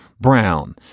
brown